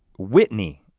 whitney,